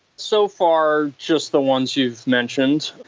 so far just the ones you've mentioned.